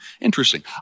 Interesting